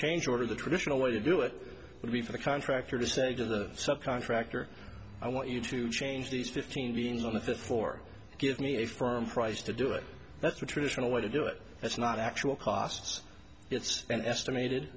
change order the traditional way to do it would be for the contractor to say to the subcontractor i want you to change these fifteen beans on the floor give me a firm price to do it that's the traditional way to do it that's not actual costs it's an estimated